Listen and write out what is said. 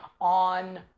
on